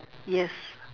yes